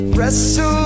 Wrestle